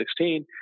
2016